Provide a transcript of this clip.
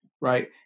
Right